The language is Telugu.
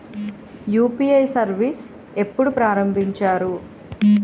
యు.పి.ఐ సర్విస్ ఎప్పుడు ప్రారంభించారు?